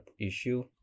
issue